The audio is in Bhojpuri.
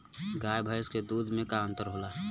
गाय भैंस के दूध में का अन्तर होला?